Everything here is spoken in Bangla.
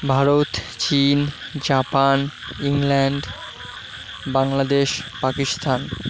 ভারত চীন জাপান ইংল্যান্ড বাংলাদেশ পাকিস্তান